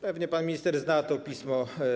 Pewnie pan minister zna to pismo.